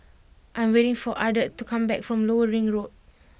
I am waiting for Ardeth to come back from Lower Ring Road